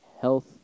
health